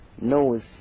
knows